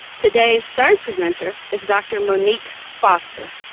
today's third presenter is dr. monique foster.